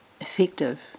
effective